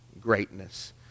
greatness